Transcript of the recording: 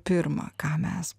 pirma ką mes